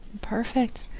Perfect